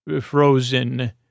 frozen